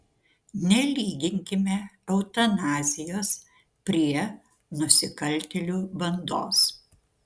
nelyginkime eutanazijos prie nusikaltėlių bandos